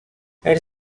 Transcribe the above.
elle